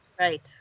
right